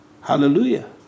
Hallelujah